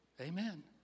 Amen